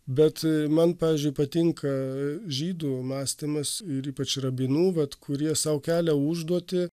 bet man pavyzdžiui patinka žydų mąstymas ir ypač rabinų vat kurie sau kelia užduotį